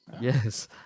Yes